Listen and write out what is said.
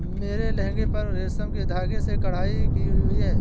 मेरे लहंगे पर रेशम के धागे से कढ़ाई की हुई है